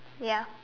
ya